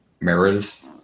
mirrors